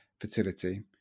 fertility